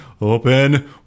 open